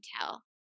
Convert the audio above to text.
tell